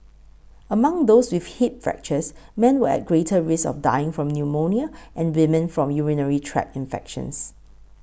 among those with hip fractures men were at greater risk of dying from pneumonia and women from urinary tract infections